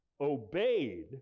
obeyed